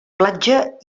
platja